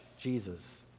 Jesus